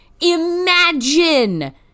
Imagine